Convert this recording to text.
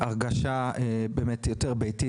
הרגשה יותר ביתית.